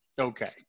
Okay